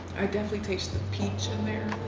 i definitely taste the peach in there.